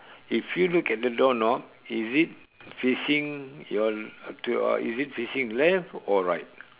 if you look at the door knob is it facing your le~ uh to your uh is it facing left or right